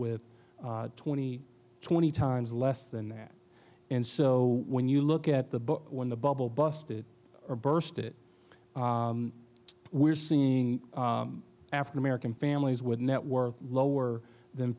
with twenty twenty times less than that and so when you look at the when the bubble busted burst it we're seeing african american families with net were lower than